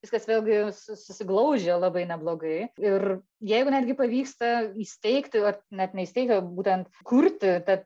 viskas vėlgi su susiglaudžia labai neblogai ir jeigu netgi pavyksta įsteigti ar net ne įsteigti o būtent kurti tą